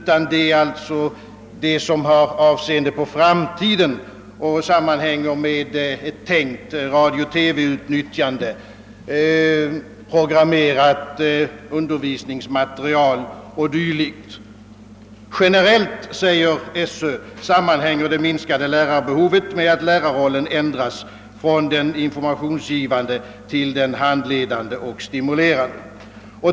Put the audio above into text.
Jag åsyftar i stället de uttalanden som avser framtiden och hör ihop med ett tänkt radio TV-utnyttjande, programmerat undervisningsmaterial o. d. Sö framhåller sammanfattningsvis, att det minskade lärarbehovet generellt sammanhänger med att lärarrollen ändras från den informationsgivande till den handledande och stimulerande.